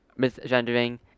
misgendering